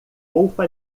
roupa